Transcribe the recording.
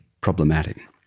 problematic